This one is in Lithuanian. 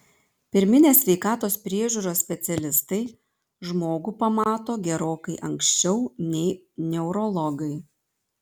pirminės sveikatos priežiūros specialistai žmogų pamato gerokai anksčiau nei neurologai